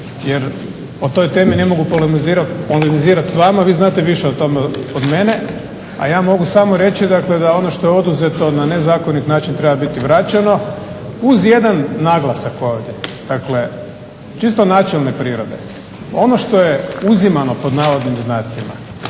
Jer o toj temi ne mogu polemizirati s vama. Vi znate više o tome od mene. A ja mogu samo reći, dakle da ono što je oduzeto na nezakonit način treba biti vraćeno uz jedan naglasak ovdje, dakle čisto načelne prirode, ono što je "uzimano" pod navodnim znacima